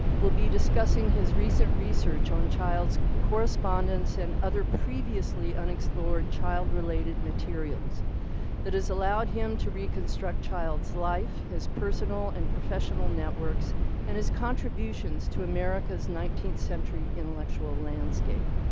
will be discussing his recent research on child's correspondence and other previously unexplored child related materials that has allowed him to reconstruct child's life, his personal and professional networks and his contributions to america's nineteenth century intellectual landscape.